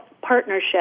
Partnership